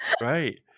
right